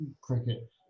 cricket